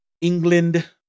England